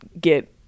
get